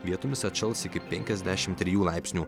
vietomis atšals iki penkiasdešim trijų laipsnių